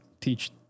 teach